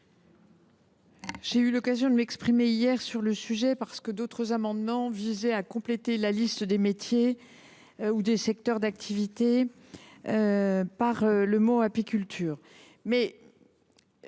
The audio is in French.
J’ai eu l’occasion de m’exprimer hier sur le sujet, puisque d’autres amendements visaient à compléter des listes de métiers ou de secteurs d’activité par le mot « apiculture